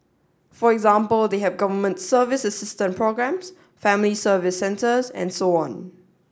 for example they have Government Assistance Programmes Family Service Centres and so on